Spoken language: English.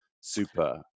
super